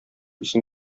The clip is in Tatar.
исең